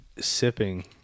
sipping